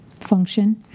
function